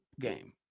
game